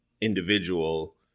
individual